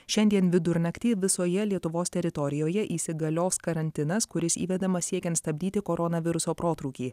šiandien vidurnaktį visoje lietuvos teritorijoje įsigalios karantinas kuris įvedamas siekiant stabdyti koronaviruso protrūkį